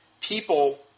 people